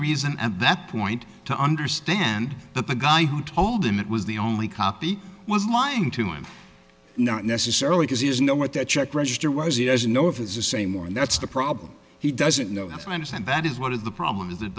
reason at that point to understand that the guy who told him it was the only copy was lying to him not necessarily his ears know what that check register was he doesn't know if it's the same or and that's the problem he doesn't know if i understand that is what is the problem is